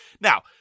Now